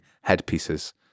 headpieces